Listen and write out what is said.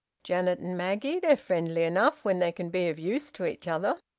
janet and maggie? they're friendly enough when they can be of use to each other.